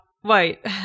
white